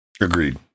Agreed